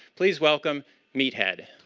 please welcome meathead.